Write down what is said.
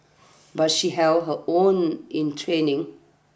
but she held her own in training